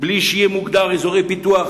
בלי שיהיו מוגדרים אזורי פיתוח,